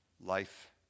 life